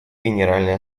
генеральной